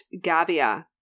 Gavia